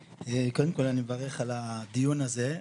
קודם כל, אני מברך על הדיון הזה.